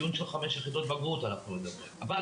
אנחנו מדברים על חמש יחידות בגרות.